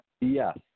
Yes